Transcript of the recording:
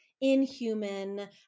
inhuman